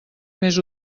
més